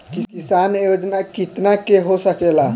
किसान योजना कितना के हो सकेला?